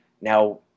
now